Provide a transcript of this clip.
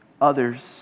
others